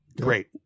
Great